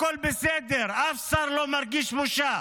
הכול בסדר, אף שר לא מרגיש בושה,